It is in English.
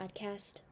podcast